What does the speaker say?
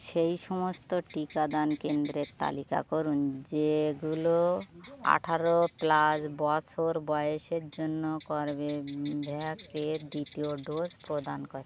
সেই সমস্ত টিকাদান কেন্দ্রের তালিকা করুন যেগুলো আঠেরো প্লাস বছর বয়েসের জন্য কর্বেভ্যাক্স এর দ্বিতীয় ডোজ প্রদান করে